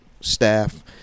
staff